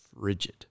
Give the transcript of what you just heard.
frigid